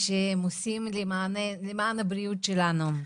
שלהם שהם עושים למען הבריאות שלנו.